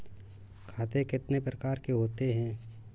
खाते कितने प्रकार के होते हैं?